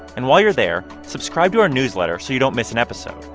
and while you're there, subscribe to our newsletter so you don't miss an episode.